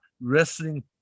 wrestling